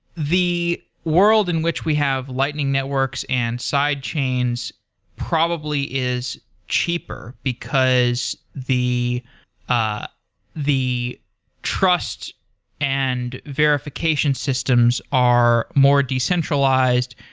the world in which we have lightning networks and side chains probably is cheaper because the ah the trust and verification systems are more decentralized.